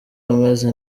ameze